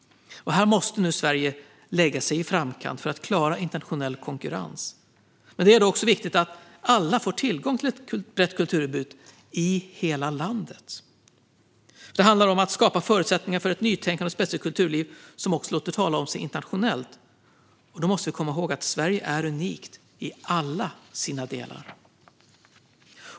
Här måste Sverige nu lägga sig i framkant för att klara internationell konkurrens. Det är också viktigt att alla i hela landet får tillgång till ett brett kulturutbud. Då handlar det om att skapa förutsättningar för ett nytänkande och spetsigt kulturliv som också låter tala om sig internationellt. Då måste vi komma ihåg att Sverige är unikt i alla sina delar.